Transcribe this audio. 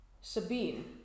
Sabine